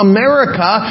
America